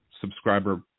subscriber